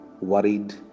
worried